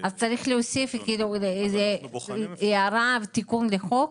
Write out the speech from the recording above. --- אז צריך להוסיף תיקון לחוק